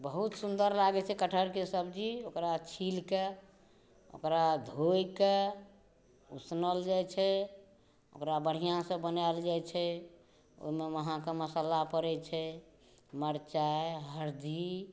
बहुत सुन्दर लागै छै कटहरके सब्जी ओकरा छिल कऽ ओकरा धोय कऽ उसनल जाइ छै ओकरा बढ़िऑंसँ बनायल जाइ छै ओहिमे अहाँकेॅं मसाला पड़ै छै मरचाइ हरदी